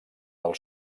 del